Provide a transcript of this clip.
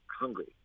hungry